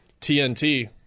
TNT –